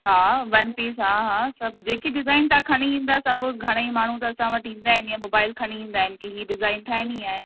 हा one piece हा हा जेकी डिज़ाइन तव्हां खणी ईंदा सभु घणेई माण्हू त असां वटि ईंदा आहिनि या मोबाइल खणी ईंदा आहिनि कि ही डिज़ाइन ठाहिणी आहे